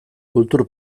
kultur